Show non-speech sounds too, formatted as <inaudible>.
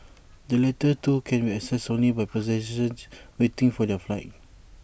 the latter two can be accessed only by <unintelligible> <noise> waiting for their flights